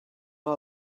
all